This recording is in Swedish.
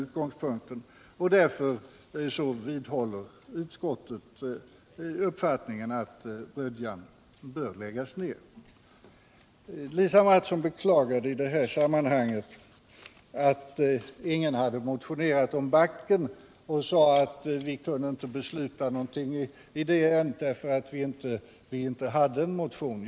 Därför vidhåller utskottet uppfattningen att Rödjan bör läggas ned. Lisa Mattson beklagade att ingen hade motionerat om anstalten Backen och sade att vi i utskottet inte kunde besluta någonting i det ärendet därför att vi inte hade någon motion.